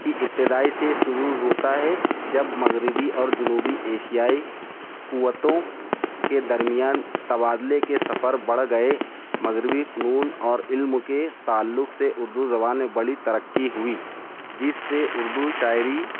کی ابتدائی سے شروع ہوتا ہے جب مغربی اور جنوبی ایشیائی قوتوں کے درمیان تبادلے کے سفر بڑھ گئے مغربی فنون اور علم کے تعلق سے اردو زبان میں بڑی ترقی ہوئی جس سے اردو شاعری